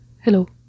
Hello